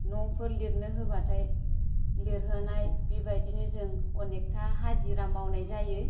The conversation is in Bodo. न'फोर लिरनो होबाथाइ लिरहोनाय बेबायदिनो जों अनेगथा हाजिरा मावनाय जायो